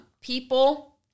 people